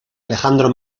alejandro